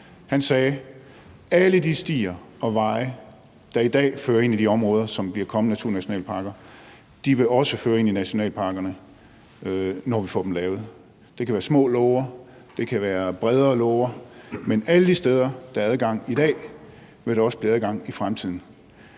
Han sagde: Alle de stier og veje, der i dag fører ind i de områder, som bliver til de kommende naturnationalparker, vil også føre ind i naturnationalparkerne, når vi får dem lavet; det kan være små låger, og det kan være bredere låger, men alle de steder, hvor der i dag er adgang, vil der også blive adgang i fremtiden.